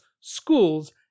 schools